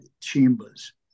Chambers